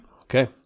Okay